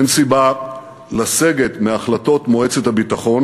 אין סיבה לסגת מהחלטות מועצת הביטחון